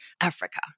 Africa